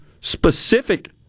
specific